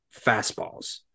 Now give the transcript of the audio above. fastballs